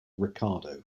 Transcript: ricardo